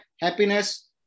happiness